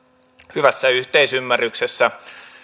hyvässä yhteisymmärryksessä